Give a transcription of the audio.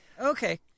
Okay